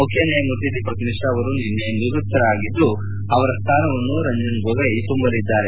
ಮುಖ್ಯ ನ್ವಾಯಮೂರ್ತಿ ದೀಪಕ್ ಮಿಶ್ರಾ ಅವರು ನಿನ್ನೆ ನಿವೃತ್ತಿ ಹೊಂದಿದ್ದು ಅವರ ಸ್ಥಾನವನ್ನು ರಂಜನ್ ಗೊಗೋಯ್ ತುಂಬಲಿದ್ದಾರೆ